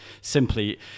simply